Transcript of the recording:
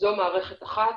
זו מערכת אחת